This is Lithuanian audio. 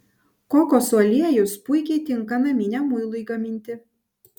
kokosų aliejus puikiai tinka naminiam muilui gaminti